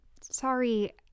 sorry